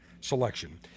selection